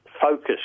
focus